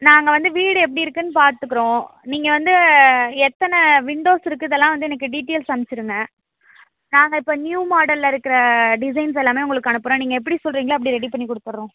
நாங்கள் வந்து வீடு எப்படி இருக்குதுன்னு பார்த்துக்குறோம் நீங்கள் வந்து எத்தனை விண்டோஸ் இருக்குது இதெல்லாம் வந்து எனக்கு டீட்டெயில்ஸ் அனுப்பிச்சிருங்க நாங்கள் இப்போ நியூ மாடலில் இருக்கிற டிசைன்ஸ் எல்லாமே உங்களுக்கு அனுப்புகிறோம் நீங்கள் எப்படி சொல்கிறீங்களோ அப்படி ரெடி பண்ணி கொடுத்துட்றோம்